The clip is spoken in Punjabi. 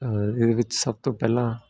ਇਹਦੇ ਵਿੱਚ ਸਭ ਤੋਂ ਪਹਿਲਾਂ